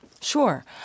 Sure